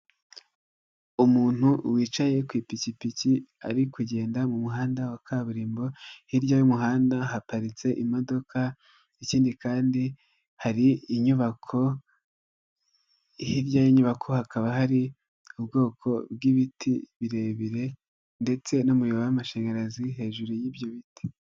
Umuntu wicaye ku ipikipiki ari kugenda mu muhanda wa kaburimbo, hirya y'umuhanda haparitse imodoka ikindi kandi hari inyubako, hirya y'inyubako hakaba hari ubwoko bw'ibiti birebire ndetse n'umuyoboro w'amashanyarazi hejuru y'ibyo biti.